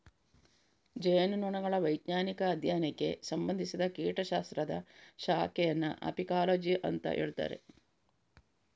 ಜೇನುನೊಣಗಳ ವೈಜ್ಞಾನಿಕ ಅಧ್ಯಯನಕ್ಕೆ ಸಂಬಂಧಿಸಿದ ಕೀಟ ಶಾಸ್ತ್ರದ ಶಾಖೆಯನ್ನ ಅಪಿಕಾಲಜಿ ಅಂತ ಹೇಳ್ತಾರೆ